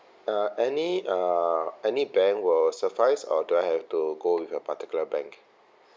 uh any uh any bank will suffice or do I have to go with your particular bank